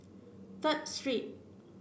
Third Street